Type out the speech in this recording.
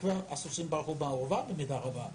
אבל הסוסים ברחו מהאורווה במידה רבה.